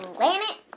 Planet